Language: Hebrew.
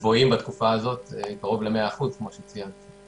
גבוהים בתקופה הזאת קרוב ל-100% כמו שציינתי.